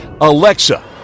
Alexa